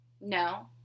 no